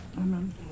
Amen